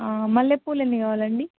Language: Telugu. మల్లెపువ్వులు ఎన్ని కావాలండి